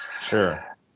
Sure